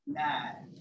nine